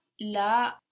la